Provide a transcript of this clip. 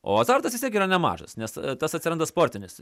o azartas vis tiek yra nemažas nes tas atsiranda sportinis